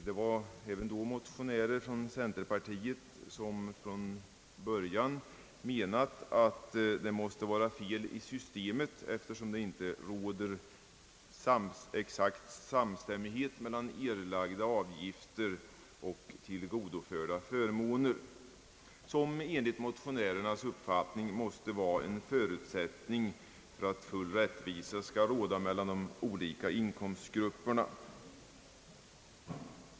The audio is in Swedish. Det var även då motionärer från centerpartiet som redan från början menade, att det måste vara något fel i systemet, eftersom det inte råder exakt samstämmighet mellan erlagda avgifter och tillgodoförda förmåner, vilket enligt motionärernas uppfattning måste vara en förutsättning för att full rättvisa skall råda mellan de olika inkomstgrupperna.